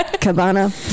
cabana